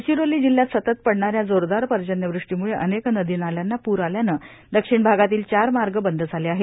गडचिरोली जिल्ह्यात सतत पडणाऱ्या जोरदार पर्जन्यवृष्पीमुळे अनेक नदी नाल्यांना प्र आल्यानं दक्षिण भागातील चार मार्ग बंद झाले आहेत